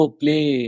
play